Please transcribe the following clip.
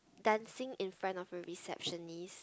dancing in front of a receptionist